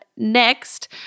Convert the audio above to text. Next